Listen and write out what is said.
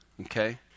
okay